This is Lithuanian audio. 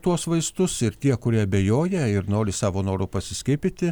tuos vaistus ir tie kurie abejoja ir nori savo noru pasiskiepyti